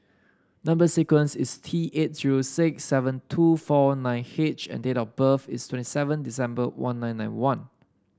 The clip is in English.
number sequence is T eight zero six seven two four nine H and date of birth is twenty seven December one nine nine one